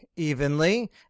Evenly